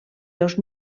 dos